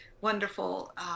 wonderful